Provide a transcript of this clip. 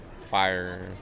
fire